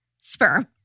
Sperm